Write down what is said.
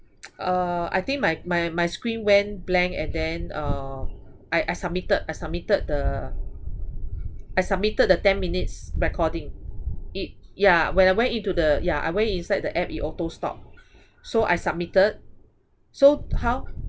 uh I think my my my screen went blank and then uh I I submitted I submitted the I submitted the ten minutes recording it yeah when I went into the yeah I went inside the app it auto stop so I submitted so how